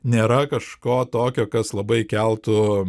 nėra kažko tokio kas labai keltų